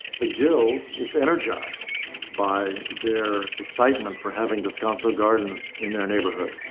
the guild is energized by their excitement for having descanso gardens in their neighborhood.